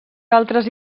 altres